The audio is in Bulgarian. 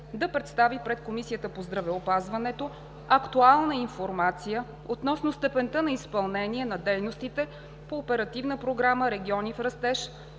да представи пред Комисията по здравеопазването актуална информация относно степента на изпълнение на дейностите по Оперативна програма „Региони в растеж“,